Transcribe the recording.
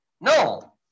No